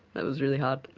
that was really hard.